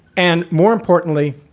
and more importantly,